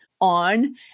on